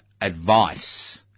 advice